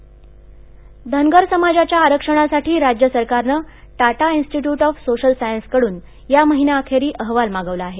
धनगर आरक्षणः धनगर समाजाच्या आरक्षणासाठी राज्य सरकारनं टाटा इन्स्टिट्यूट ऑफ सोशल सायन्सकडून या महिन्याअखेरी अहवाल मागितला आहे